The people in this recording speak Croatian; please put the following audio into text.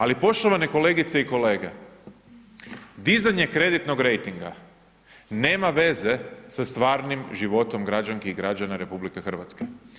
Ali poštovane kolegice i kolege, dizanje kreditnog rejtinga nema veze sa stvarnim životom građanki i građana RH.